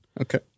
Okay